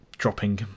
dropping